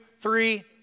three